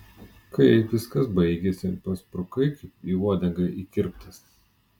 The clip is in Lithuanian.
kai viskas baigėsi pasprukai kaip į uodegą įkirptas